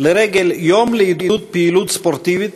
לרגל היום לעידוד פעילות ספורטיבית,